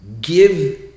give